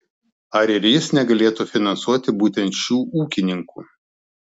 ar ir jis negalėtų finansuoti būtent šių ūkininkų